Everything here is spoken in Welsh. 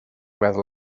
meddwl